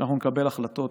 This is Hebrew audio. שאנחנו נקבל החלטות